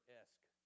esque